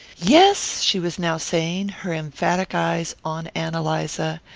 yes, she was now saying, her emphatic eyes on ann eliza,